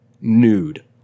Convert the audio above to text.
nude